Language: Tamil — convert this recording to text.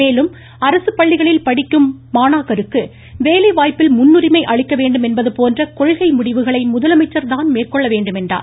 மேலும் அரசு பள்ளிகளில் படிக்கும் மாணாக்கருக்கு வேலைவாய்ப்பில் முன்னுரிமை அளிக்க வேண்டும் என்பது போன்ற கொள்கை முடிவுகளை முதலமைச்சர்தான் மேற்கொள்ள வேண்டும் என்றார்